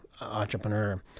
entrepreneur